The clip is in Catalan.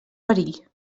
perill